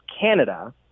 Canada